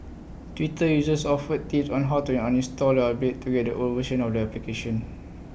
Twitter users offered tips on how to uninstall the update to get the old version of the application